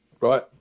Right